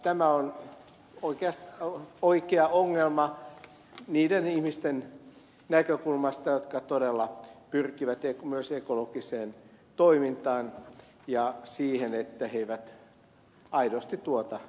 tämä on oikea ongelma niiden ihmisten näkökulmasta jotka todella pyrkivät myös ekologiseen toimintaan ja siihen että he eivät aidosti tuota jätteitä